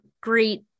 great